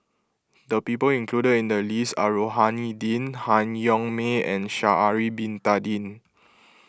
the people included in the list are Rohani Din Han Yong May and Sha'ari Bin Tadin